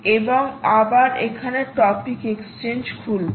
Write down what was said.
এবং আবার এখানে টপিক এক্সচেঞ্জ খুলবো